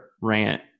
rant